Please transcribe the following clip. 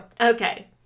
Okay